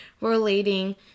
relating